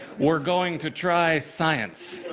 we're going to try science.